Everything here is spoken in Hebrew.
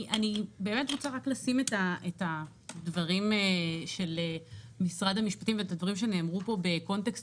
אני רוצה לשים את הדברים של משרד המשפטים ואת הדברים שנאמרו פה בקונטקסט